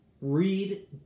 read